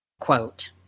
quote